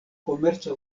komerca